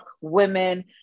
women